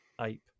ape